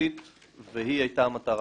והיא היתה המטרה,